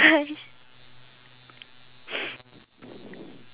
about three more minutes left right